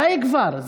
די כבר.